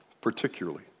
particularly